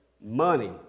money